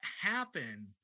happen